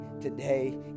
today